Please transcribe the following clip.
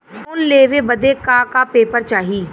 Loan लेवे बदे का का पेपर चाही?